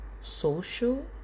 social